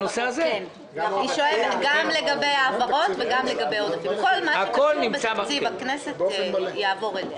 היא שואלת גם לגבי העברות וגם לגבי עודפים הכול יעבור אליה.